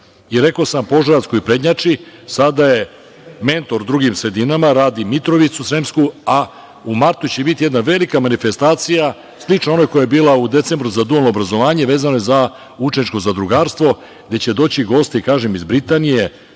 i rekao sam Požarevac koji prednjači sada je mentor drugim sredinama, radi Sremsku Mitrovicu, a u martu će biti jedna velika manifestacija slična onoj koja je bila u decembru za dualno obrazovanje vezano za učeničko zadrugarstvo gde će doći gosti iz Britanije,